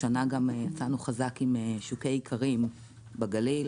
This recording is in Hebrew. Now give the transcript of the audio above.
השנה גם יצאנו חזק עם שוקי איכרים בגליל,